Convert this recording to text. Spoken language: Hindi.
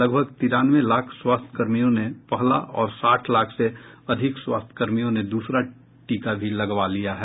लगभग तिरानवे लाख स्वास्थ्य कर्मियों ने पहला और साठ लाख से अधिक स्वास्थ्य कर्मियों ने दूसरा टीका भी लगवा लिया है